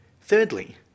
Thirdly